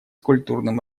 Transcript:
культурным